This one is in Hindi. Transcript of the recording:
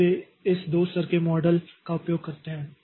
तो वे इस 2 स्तर के मॉडल का उपयोग करते हैं